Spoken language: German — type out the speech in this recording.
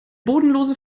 bodenlose